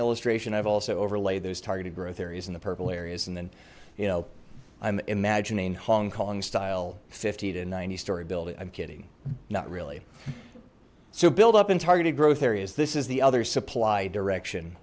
illustration i've also overlay those targeted growth areas in the purple areas and then you know i'm imagining hong kong style fifty to ninety story building i'm kidding not really so build up in targeted growth areas this is the other supply direction